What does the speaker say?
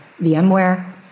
VMware